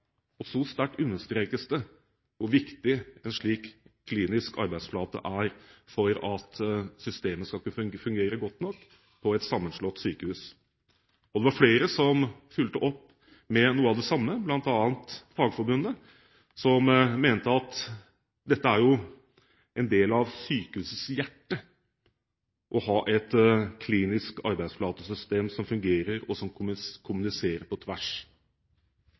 og så sterkt understrekes det hvor viktig en slik Klinisk arbeidsflate er for at systemet skal fungere godt nok på et sammenslått sykehus. Det var flere som fulgte opp med noe av det samme, bl.a. Fagforbundet, som mente at det er jo «en del av sykehusets hjerte å ha et KA-system som fungerer og kommuniserer på tvers».